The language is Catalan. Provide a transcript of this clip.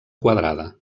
quadrada